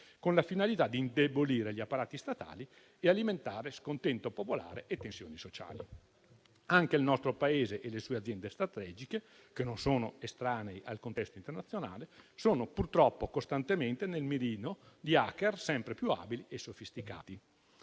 con la finalità di indebolire gli apparati statali e alimentare scontento popolare e tensioni sociali. Anche il nostro Paese e le sue aziende strategiche, che non sono estranei al contesto internazionale, sono purtroppo costantemente nel mirino di *hacker* sempre più abili e sofisticati.